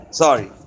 sorry